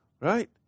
right